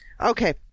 Okay